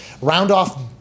round-off